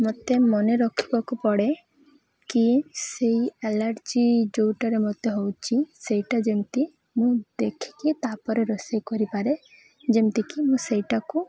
ମୋତେ ମନେ ରଖିବାକୁ ପଡ଼େ କି ସେଇ ଆଲାର୍ଜି ଯେଉଁଟାରେ ମତେ ହଉଚି ସେଇଟା ଯେମିତି ମୁଁ ଦେଖିକି ତାପରେ ରୋଷେଇ କରିପାରେ ଯେମିତିକି ମୁଁ ସେଇଟାକୁ